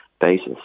basis